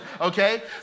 okay